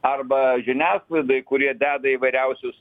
arba žiniasklaidai kurie deda įvairiausius